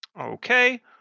Okay